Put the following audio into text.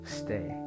stay